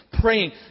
Praying